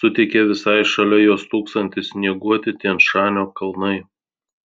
suteikia visai šalia jo stūksantys snieguoti tian šanio kalnai